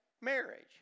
marriage